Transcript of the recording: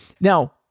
Now